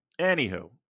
Anywho